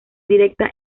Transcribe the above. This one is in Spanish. directa